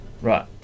Right